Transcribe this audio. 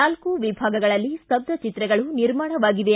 ನಾಲ್ಕು ವಿಭಾಗಗಳಲ್ಲಿ ಸ್ತಬ್ಬಚಿತ್ರಗಳ ನಿರ್ಮಾಣವಾಗಿವೆ